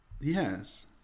yes